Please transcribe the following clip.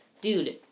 dude